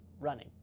running